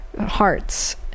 hearts